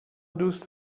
دوست